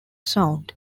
sound